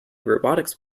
robotics